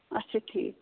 اَچھا ٹھیٖک